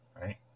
right